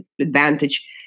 advantage